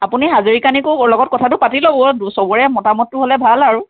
আপুনি হাজৰিকানীৰো লগত কথাটো পাতি ল'ব সবৰে মতামতটো হ'লে ভাল আৰু